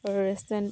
restaurant